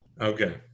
Okay